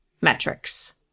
metrics